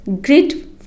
great